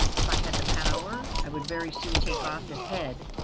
if i had the power i would very soon take off his head,